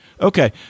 Okay